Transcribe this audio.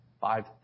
five